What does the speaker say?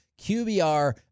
QBR